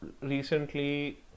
recently